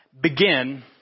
begin